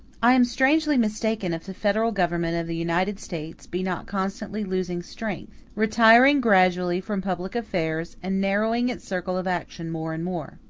i am strangely mistaken if the federal government of the united states be not constantly losing strength, retiring gradually from public affairs, and narrowing its circle of action more and more.